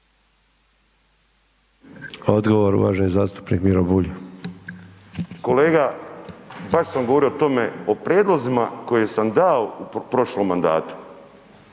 Odgovor uvaženi zastupnik Miro Bulj. **Bulj, Miro (MOST)** Kolega, baš sam govorio o tome, o prijedlozima koje sam dao u prošlom mandatu.